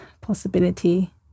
possibility